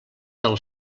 del